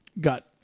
got